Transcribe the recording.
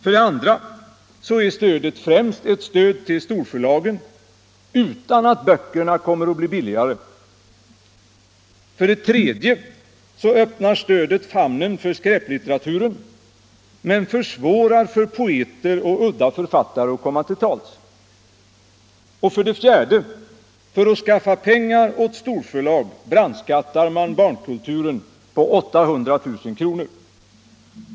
För det andra är stödet främst ett stöd till storförlagen utan att böckerna kommer att bli billigare. För det tredje öppnar stödet famnen för skräplitteraturen men gör det svårare för poeter och udda författare att komma till tals. För det fjärde, för att skaffa pengar åt storförlag brandskattar man barnkulturen på 800 000 kr.